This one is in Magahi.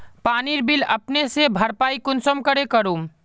पानीर बिल अपने से भरपाई कुंसम करे करूम?